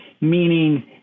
meaning